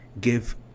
give